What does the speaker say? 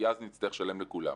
כי אז נצטרך לשלם לכולם.